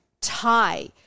tie